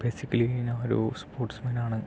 basically ഞാൻ ഒരു sports മേനാണ്